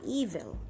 evil